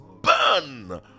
burn